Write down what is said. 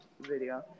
video